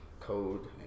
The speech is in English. code